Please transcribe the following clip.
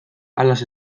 alas